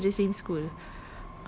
they both go to the same school